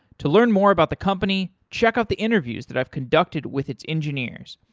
to learn more about the company, check out the interviews that i've conducted with its engineers.